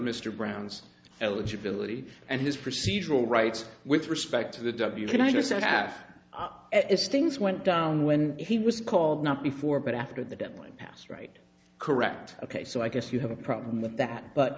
mr brown's eligibility and his procedural rights with respect to the w can i just have this things went down when he was called not before but after the deadline passed right correct ok so i guess you have a problem with that but